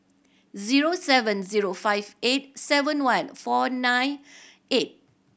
zero seven zero five eight seven one four nine eight